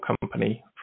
company